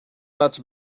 much